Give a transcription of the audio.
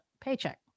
paycheck